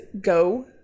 go